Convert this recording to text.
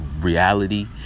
reality